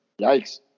yikes